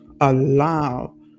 allow